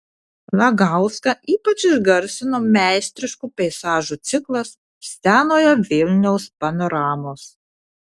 lagauską ypač išgarsino meistriškų peizažų ciklas senojo vilniaus panoramos